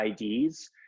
IDs